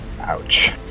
Ouch